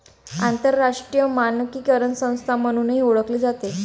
आंतरराष्ट्रीय मानकीकरण संस्था म्हणूनही ओळखली जाते